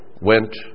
went